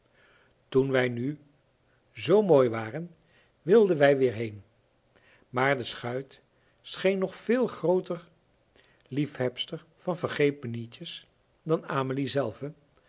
toen wij nu zoo mooi waren wilden wij weer heen maar de schuit scheen nog veel grooter liefhebster van vergeetmijnietjes dan amelie zelve